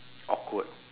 awkward